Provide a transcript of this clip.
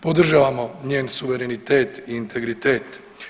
Podržavamo njen suverenitet i integritet.